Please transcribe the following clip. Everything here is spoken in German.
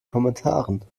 kommentaren